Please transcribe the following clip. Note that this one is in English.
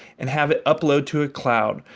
and have it upload to a cloud,